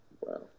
Wow